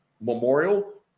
Memorial